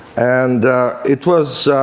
and it was